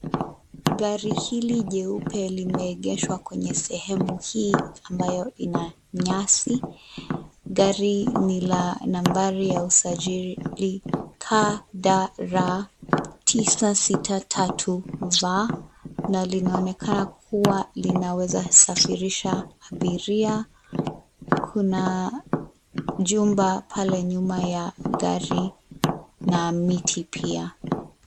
Gari hili jeupe limeegeshwa kwenye sehemu hii ambayo ina nyasi. Gari ni la nambari ya usajili KDR 963 V na linaonekana kuwa linaweza safirisha abiria. Kuna jumba pale nyuma ya gari na miti pia.